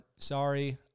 Sorry